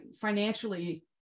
financially